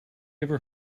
ever